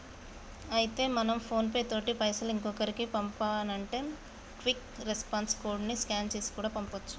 అయితే మనం PhonePe తోటి పైసలు ఇంకొకరికి పంపానంటే క్విక్ రెస్పాన్స్ కోడ్ ని స్కాన్ చేసి కూడా పంపొచ్చు